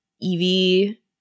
Evie